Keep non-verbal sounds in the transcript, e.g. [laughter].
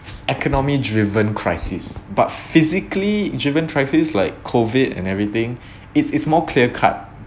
economy driven crisis but physically driven crisis like COVID and everything [breath] it's it's more clear cut